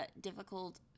difficult